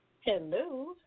Hello